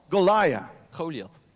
Goliath